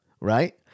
right